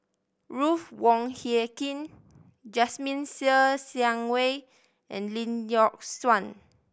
Ruth Wong Hie King Jasmine Ser Xiang Wei and Lee Yock Suan